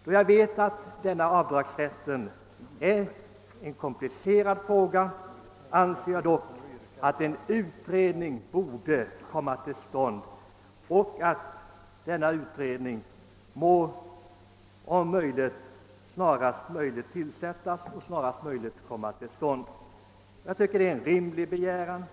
Eftersom jag vet att denna avdragsrätt är en komplicerad fråga, anser jag dock att en utredning först bör komma till stånd, vilket bör ske snarast möjligt. Jag tycker att det är en rimlig begäran.